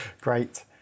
Great